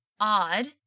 odd